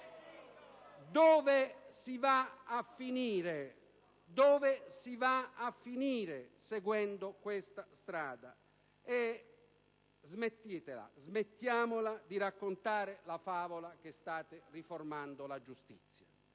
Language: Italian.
dove si va a finire seguendo questa strada? E smettetela, smettiamola di raccontare la favola che state riformando la giustizia.